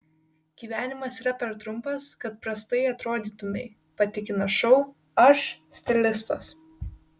gyvenimas yra per trumpas kad prastai atrodytumei patikina šou aš stilistas